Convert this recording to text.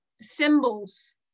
symbols